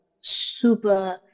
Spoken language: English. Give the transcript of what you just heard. super